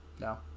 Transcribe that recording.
No